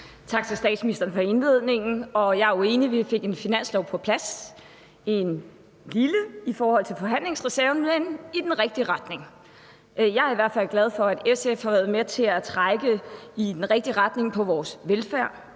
Tak til statsministeren for indledningen. Jeg er jo enig: Vi fik en finanslov på plads – den var lille i forhold til forhandlingsreserven – men den går i den rigtige retning. Jeg er i hvert fald glad for, at SF har været med til at trække den i den rigtige retning på velfærdsområdet.